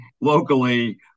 locally